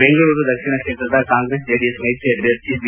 ಬೆಂಗಳೂರು ದಕ್ಷಿಣ ಕ್ಷೇತ್ರದ ಕಾಂಗ್ರೆಸ್ ಜೆಡಿಎಸ್ ಮೈತ್ರಿ ಅಭ್ಯರ್ಥಿ ಬಿ